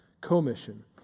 commission